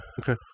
Okay